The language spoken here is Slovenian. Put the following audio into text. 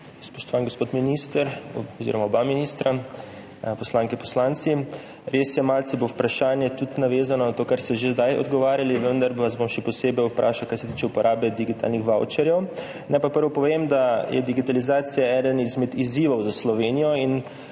Spoštovan gospod minister oziroma oba ministra, poslanke, poslanci! Res je, malce bo vprašanje tudi navezano na to, na kar ste že zdaj odgovarjali, vendar vas bom še posebej vprašal, kar se tiče uporabe digitalnih vavčerjev. Naj pa najprej povem, da je digitalizacija eden izmed izzivov za Slovenijo in